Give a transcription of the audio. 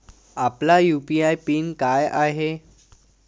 आपला UPI PIN काय आहे?